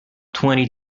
twenty